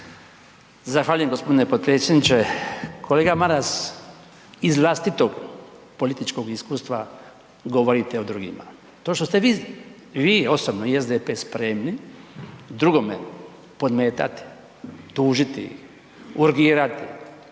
Zahvaljujem g. potpredsjedniče. Kolega Maras, iz vlastitog političkog iskustva govorite o drugima. To što se vi, vi osobno i SDP spremni drugome podmetati, tužiti, urgirati